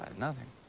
um nothing.